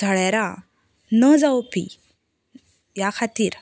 जळारां ना जावचीं ह्या खातीर